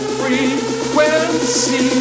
frequency